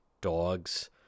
dogs